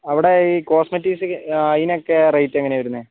അവിടെ ഈ കോസ്മെറ്റിക്സ് അതിനൊക്കെ റേറ്റ് എങ്ങനെയാണ് വരുന്നത്